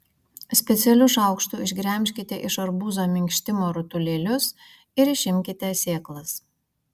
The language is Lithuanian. specialiu šaukštu išgremžkite iš arbūzo minkštimo rutulėlius ir išimkite sėklas